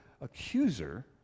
accuser